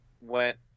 went